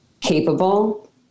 capable